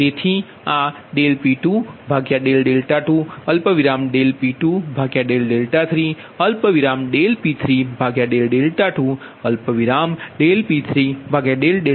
તેથી આ P22 P23 P32 P33છે